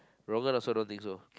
Rong En also don't think so